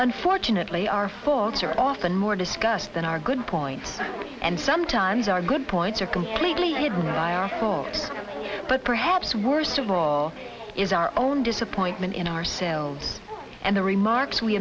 unfortunately our faults are often more discussed than our good points and sometimes our good points are completely hidden by our fault but perhaps worst of all is our own disappointment in ourselves and the remarks we